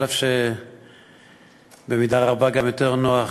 על אף שבמידה רבה גם יותר נוח